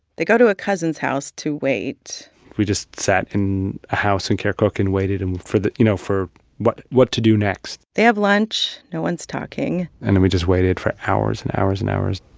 they go to a cousin's house to wait we just sat in a house in kirkuk and waited for the you know, for what what to do next they have lunch. no one's talking and then we just waited for hours and hours and hours.